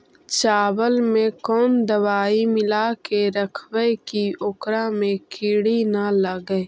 चावल में कोन दबाइ मिला के रखबै कि ओकरा में किड़ी ल लगे?